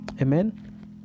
Amen